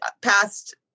past